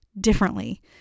differently